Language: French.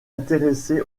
intéressé